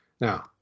Now